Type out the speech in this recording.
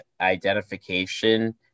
identification